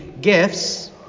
gifts